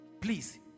please